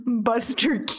Buster